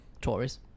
Tories